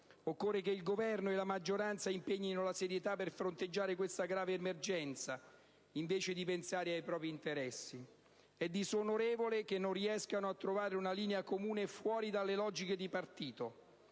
e che il Governo e la maggioranza si impegnino con serietà a fronteggiare questa grave emergenza invece di pensare ai propri interessi: è disonorevole che non riescano a trovare una linea comune fuori dalle logiche di partito.